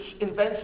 invention